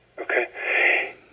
okay